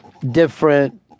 different